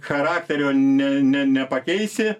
charakterio ne ne nepakeisi